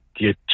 get